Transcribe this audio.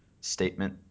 statement